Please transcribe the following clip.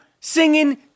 singing